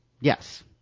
Yes